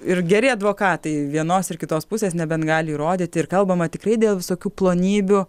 ir geri advokatai vienos ar kitos pusės nebent gali įrodyti ir kalbama tikrai dėl visokių plonybių